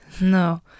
No